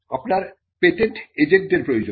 আপনার পেটেন্ট এজেন্টের প্রয়োজন